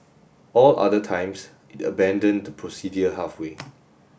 all other times it abandoned the procedure halfway